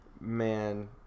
man